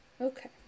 Okay